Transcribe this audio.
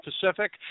Pacific